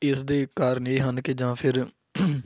ਇਸਦੇ ਕਾਰਨ ਇਹ ਹਨ ਕਿ ਜਾਂ ਫਿਰ